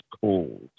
called